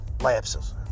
lapses